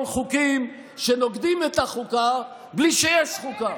חוקים שנוגדים את החוקה בלי שיש חוקה.